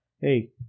hey